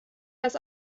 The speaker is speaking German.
das